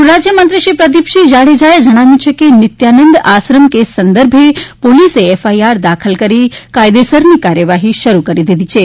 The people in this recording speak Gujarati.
ગૃહ રાજ્યમંત્રી શ્રી પ્રદીપસિંહ જાડેજાએ જણાવ્યું છે કે નિત્યાનંદ આશ્રમ કેસ સંદર્ભે પોલીસે એફઆઈઆર દાખલ કરી કાયદેસરની કાર્યવાહી શરૂ કરી દીધી છે